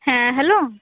ᱦᱮᱸ ᱦᱮᱞᱳ